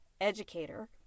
educator